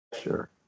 Sure